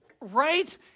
right